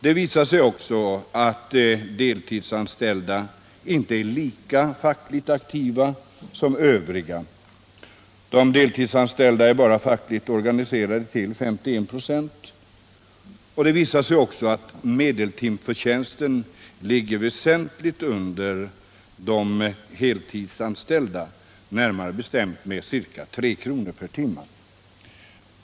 Det visar sig också att deltidsanställda inte är lika fackligt aktiva som övriga. De deltidsanställda är bara fackligt organiserade till 51 26. Medeltimförtjänsten ligger väsentligt under de heltidsanställdas — närmare bestämt med ca 3 kr. per timme.